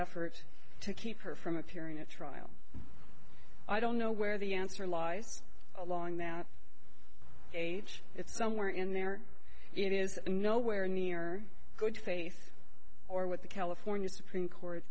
effort to keep her from appearing at trial i don't know where the answer lies along that age it's somewhere in there it is nowhere near good faith or what the california supreme court